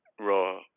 raw